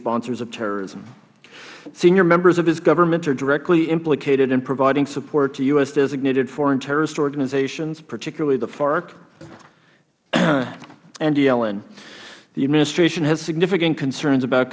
sponsors of terrorism senior members of his government are directly implicated in providing support to u s designated foreign terrorist organizations particularly the farc and the eln the administration has significant concerns about